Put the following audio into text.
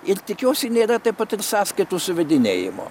ir tikiuosi nėra tai tik sąskaitų suvedinėjimo